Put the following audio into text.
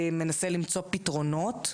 מנסה למצוא פתרונות.